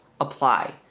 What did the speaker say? apply